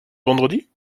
vendredi